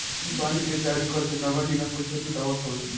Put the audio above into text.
इ बांड के जारी करके नगर निगम पईसा जुटावत हवे